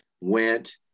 went